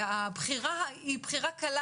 הבחירה היא בחירה קלה.